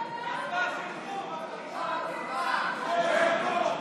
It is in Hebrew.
המשפחות השכולות לא רוצות לראות,